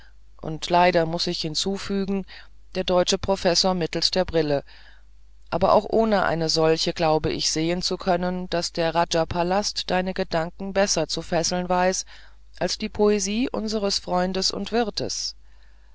und leider muß ich hinzufügen der deutsche professor mittelst der brille aber auch ohne eine solche glaube ich sehen zu können daß der raja palast deine gedanken besser zu fesseln weiß als die poesie unseres freundes und wirtes